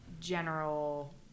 general